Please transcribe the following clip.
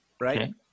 Right